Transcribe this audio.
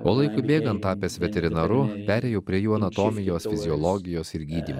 o laikui bėgant tapęs veterinaru perėjau prie jų anatomijos fiziologijos ir gydymo